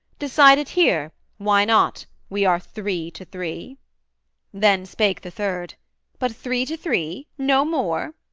decide it here why not? we are three to three then spake the third but three to three? no more?